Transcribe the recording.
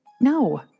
No